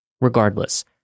Regardless